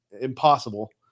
impossible